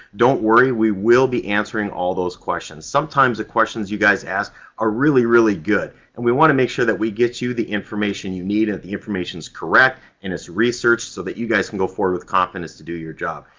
don't worry. we will be answering all those questions. sometimes the questions you guys ask are really, really good, and we want to make sure that we get you the information you need and the information's correct and it's researched so that you guys can go forward with confidence to do your job.